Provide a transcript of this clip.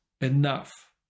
enough